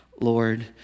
Lord